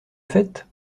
fête